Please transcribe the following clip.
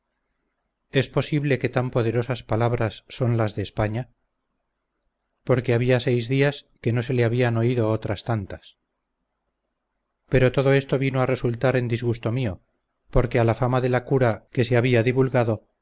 es posible que tan poderosas palabras son las de españa porque había seis días que no se le habían oído otras tantas pero todo esto vino a resultar en disgusto mío porque a la fama de la cura que se había divulgado